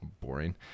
boring